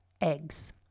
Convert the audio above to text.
eggs